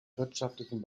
wirtschaftlichen